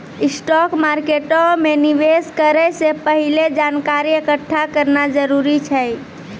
stock मार्केटो मे निवेश करै से पहिले जानकारी एकठ्ठा करना जरूरी छै